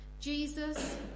Jesus